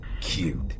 Cute